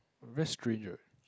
very strange right